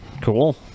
cool